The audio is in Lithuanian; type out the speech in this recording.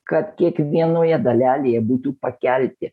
kad kiekvienoje dalelėje būtų pakelti